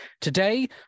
Today